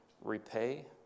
repay